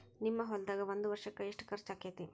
ನಿಮ್ಮ ಹೊಲ್ದಾಗ ಒಂದ್ ವರ್ಷಕ್ಕ ಎಷ್ಟ ಖರ್ಚ್ ಆಕ್ಕೆತಿ?